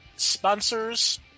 Sponsors